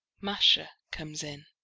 masha comes in.